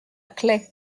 claix